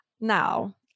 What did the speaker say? Now